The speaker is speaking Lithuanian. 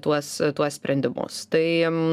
tuos tuos sprendimus tai